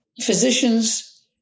Physicians